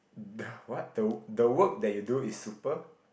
ppo what the the work that you do is super